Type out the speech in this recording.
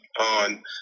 on